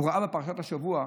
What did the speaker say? הוא ראה בפרשת השבוע,